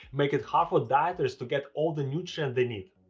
makes it hard for dieters to get all the nutrients they need.